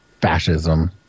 fascism